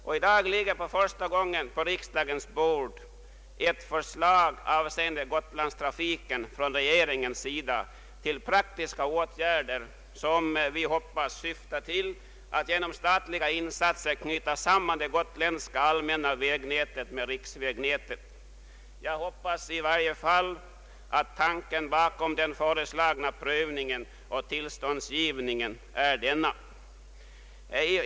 I dag ligger för första gången på riksdagens bord ett förslag från regeringens sida till praktiska åt gärder avseende Gotlandstrafiken. Vi hoppas att det syftar till att genom statliga insatser knyta samman det gotländska allmänna vägnätet med riksvägnätet. Jag hoppas i varje fall att tanken bakom den föreslagna prövningen och tillståndsgivningen är denna.